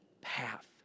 path